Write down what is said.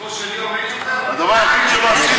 34 בעד, 43 נגד,